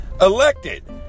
elected